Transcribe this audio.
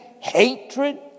hatred